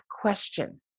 question